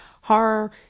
horror